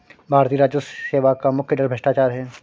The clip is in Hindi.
भारतीय राजस्व सेवा का मुख्य डर भ्रष्टाचार है